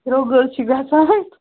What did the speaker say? درٛۅگ حظ چھُ گژھان